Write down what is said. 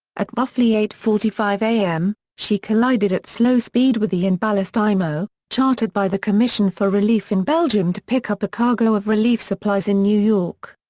at roughly eight forty five am, she collided at slow speed with the in-ballast imo, chartered by the commission for relief in belgium to pick up a cargo of relief supplies in new york.